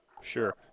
Sure